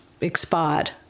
expired